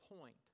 point